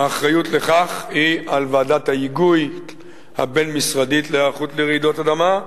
האחריות לכך היא של ועדת ההיגוי הבין-משרדית להיערכות לרעידות אדמה.